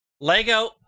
Lego